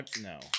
No